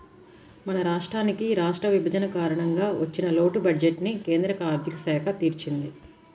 మన రాష్ట్రానికి రాష్ట్ర విభజన కారణంగా వచ్చిన లోటు బడ్జెట్టుని కేంద్ర ఆర్ధిక శాఖ తీర్చింది